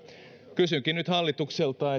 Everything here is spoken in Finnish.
kysynkin nyt hallitukselta